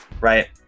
right